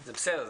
זה בסדר,